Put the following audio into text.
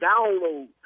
download